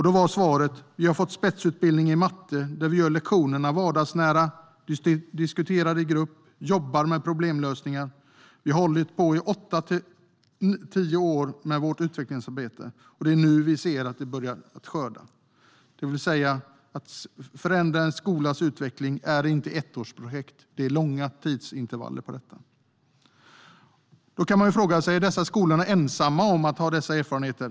Svaret var: Vi har fått spetsutbildning i matte där vi gör lektionerna vardagsnära, diskuterar i grupp och jobbar med problemlösningar. Vi har hållit på i åtta-tio år med vårt utvecklingsarbete, och det är nu vi börjar skörda. Att förändra en skolas utveckling är inte ettårsprojekt. Det är långa tidsintervaller på detta. Man kan fråga sig om de här skolorna är ensamma om att ha dessa erfarenheter.